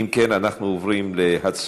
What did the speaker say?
אם כן, אנחנו עוברים להצבעה.